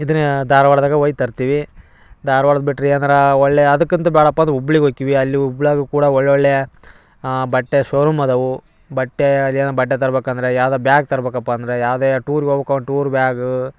ಇದನ್ನ ಧಾರ್ವಾಡ್ದಾಗ ಹೋಗ್ ತರ್ತೀವಿ ಧಾರ್ವಾಡ ಬಿಟ್ರಿ ಏನರಾ ಒಳ್ಳೆಯ ಅದಕ್ಕಂತು ಬ್ಯಾಡಪ್ಪ ಅದು ಹುಬ್ಳಿಗೆ ಒಯ್ಕಿವಿ ಅಲ್ಲೂ ಹುಬ್ಳ್ಯಾಗು ಕೂಡ ಒಳ್ಳೊಳ್ಳೆಯ ಬಟ್ಟೆ ಸೋ ರೂಮ್ ಅದವು ಬಟ್ಟೆ ಅದೇನೊ ಬಟ್ಟೆ ತರಬೇಕು ಅಂದರೆ ಯಾವುದೋ ಬ್ಯಾಗ್ ತರಬೇಕಪ್ಪ ಅಂದರೆ ಯಾವುದೇ ಟೂರ್ಗೆ ಹೋಗ್ಬೇಕು ಟೂರ್ ಬ್ಯಾಗು